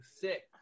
Sick